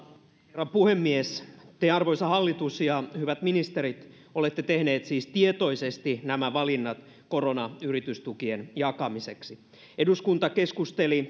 herra puhemies te arvoisa hallitus ja hyvät ministerit olette tehneet siis tietoisesti nämä valinnat koronayritystukien jakamiseksi eduskunta keskusteli